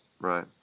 Right